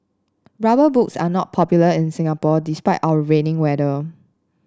rubber boots are not popular in Singapore despite our rainy weather